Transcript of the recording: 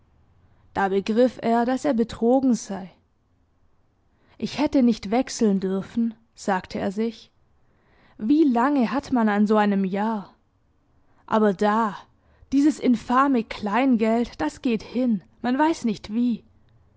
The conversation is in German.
da begriff er daß er betrogen sei ich hätte nicht wechseln dürfen sagte er sich wie lange hat man an so einem jahr aber da dieses infame kleingeld das geht hin man weiß nicht wie